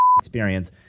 experience